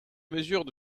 mesure